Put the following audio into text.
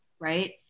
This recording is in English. right